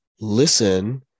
listen